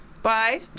Bye